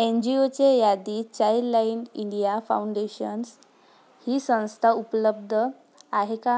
N जी ओच्या यादीत चाइल्डलाईन इंडिया फौंडेशन्स ही संस्था उपलब्ध आहे का